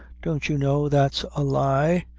don't you know that's a lie?